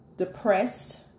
depressed